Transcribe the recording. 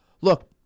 look